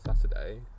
saturday